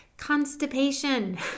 constipation